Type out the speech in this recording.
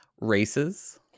Races